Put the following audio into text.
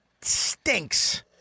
Stinks